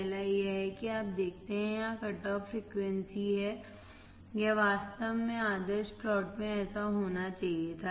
पहला यह है कि आप देखते हैं कि यहां कट ऑफ फ्रीक्वेंसी है यह वास्तव में आदर्श प्लॉट में ऐसा होना चाहिए था